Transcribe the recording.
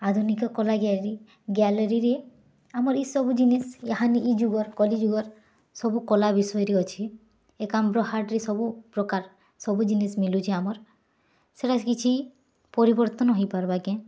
ଆଧୁନିକ କଲା ଗ୍ୟାଲେରୀରେ ଆମର୍ ଏ ସବୁ ଜିନିଷ୍ ଇହାନି ଇ ଯୁଗର୍ କଲି ଯୁଗର୍ ସବୁ କଲା ବିଷୟରେ ଅଛି ଏକାମ୍ୱ୍ରହାଟ୍ରେ ସବୁ ପ୍ରକାର ସବୁ ଜିନିଷ୍ ମିଲୁଛି ଆମର୍ କିଛି ପରିବର୍ତ୍ତନ ହେଇ ପାର୍ବା କେଁ